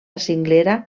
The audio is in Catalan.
cinglera